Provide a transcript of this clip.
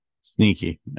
Sneaky